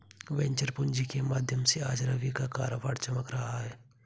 venture पूँजी के माध्यम से आज रवि का कारोबार चमक रहा है